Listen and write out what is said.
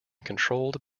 controlled